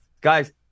guys